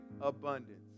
abundance